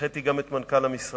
והנחיתי גם את מנכ"ל המשרד,